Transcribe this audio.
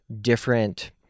different